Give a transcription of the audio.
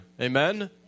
Amen